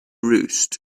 roost